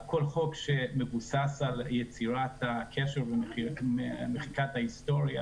כל חוק שמבוסס על יצירת הקשר עם מחיקת ההיסטוריה